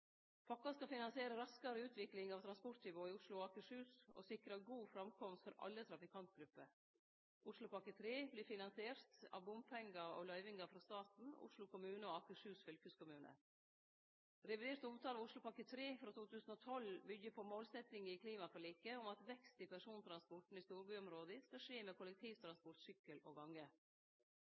skal finansiere raskare utvikling av transporttilbodet i Oslo og Akershus og sikre god framkomst for alle trafikantgrupper. Oslopakke 3 vert finansiert av bompengar og løyvingar frå staten, Oslo kommune og Akershus fylkeskommune. Revidert avtale om Oslopakke 3 frå 2012 byggjer på målsettinga i klimaforliket om at vekst i persontransporten i storbyområda skal skje med kollektivtransport, sykkel og gange.